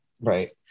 Right